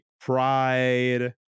pride